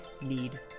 need